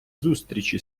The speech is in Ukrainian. зустрічі